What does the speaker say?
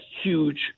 huge